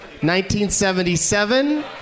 1977